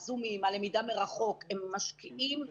הזומים, הלמידה מרחוק, הם משקיעים זמן.